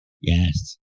yes